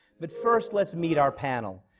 but first, let's meet our panel.